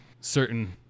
certain